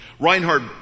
Reinhard